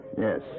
Yes